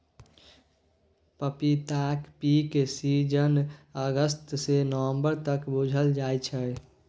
पपीताक peak season August सँ November तक बुझल जाइ छै